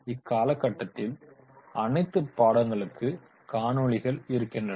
இக்காலகட்டத்தில் அனைத்து பாடங்களுக்கு காணொளிகள் இருக்கின்றன